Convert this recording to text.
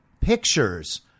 pictures